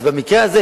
אז במקרה הזה,